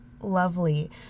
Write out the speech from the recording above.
Lovely